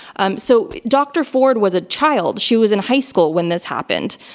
um so, dr. ford was a child, she was in high school when this happened.